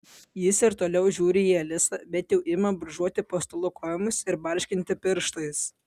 jis ir toliau žiūri į alisą bet jau ima brūžuoti po stalu kojomis ir barškinti pirštais